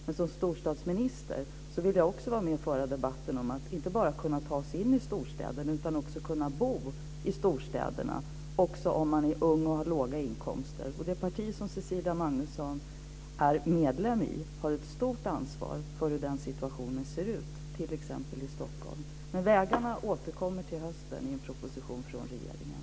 Men som storstadsminister vill jag också vara med och föra debatt inte bara om att kunna ta sig in i storstäder utan också om att kunna bo i storstäderna om man är ung och har låg inkomst. Det parti som Cecilia Magnusson är medlem i har ett stort ansvar för hur den situationen ser ut t.ex. i Stockholm. Vi återkommer till vägarna till hösten i en proposition från regeringen.